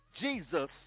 Jesus